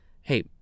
hey